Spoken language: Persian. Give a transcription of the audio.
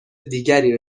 دیگری